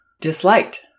disliked